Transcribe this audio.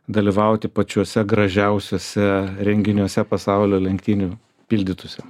dalyvauti pačiuose gražiausiuose renginiuose pasaulio lenktynių pildytųsi